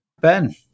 Ben